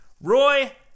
Roy